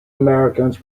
americans